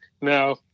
No